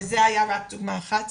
וזו הייתה רק דוגמה אחת,